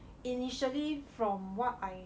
initially from what I